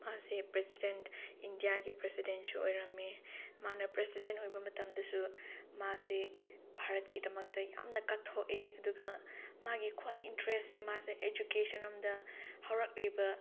ꯃꯥꯁꯦ ꯄ꯭ꯔꯁꯤꯗꯦꯟꯠ ꯏꯟꯗꯤꯌꯥꯒꯤ ꯄ꯭ꯔꯁꯤꯗꯦꯟꯁꯨ ꯑꯣꯏꯔꯝꯃꯦ ꯃꯥꯅ ꯄ꯭ꯔꯁꯤꯗꯦꯟ ꯑꯣꯏꯕ ꯃꯇꯝꯗꯁꯨ ꯃꯥꯁꯦ ꯚꯥꯔꯠꯀꯤꯗꯃꯛꯇ ꯌꯥꯝꯅ ꯀꯠꯊꯣꯛꯑꯦ ꯑꯗꯨꯒ ꯃꯥꯒꯤ ꯈ꯭ꯋꯥꯏ ꯏꯟꯇꯔꯦꯖꯁꯦ ꯃꯥꯁꯦ ꯏꯖꯨꯀꯦꯁꯟꯔꯣꯝꯗ ꯍꯧꯔꯛꯂꯤꯕ